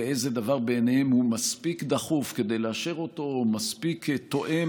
ואיזה דבר בעיניהם הוא מספיק דחוף כדי לאשר אותו ומספיק תואם